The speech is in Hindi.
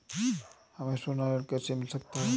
हमें सोना ऋण कैसे मिल सकता है?